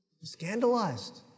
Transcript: Scandalized